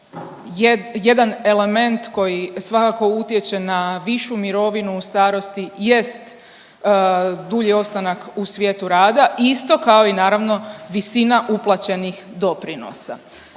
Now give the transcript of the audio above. jedan element koji svakako utječe na višu mirovinu u starosti jest dulji ostanak u svijetu rada isto kao i naravno visina uplaćenih doprinosa.